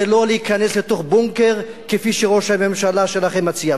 ולא להיכנס לתוך בונקר כפי שראש הממשלה שלכם מציע.